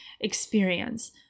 experience